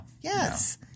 Yes